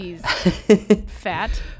fat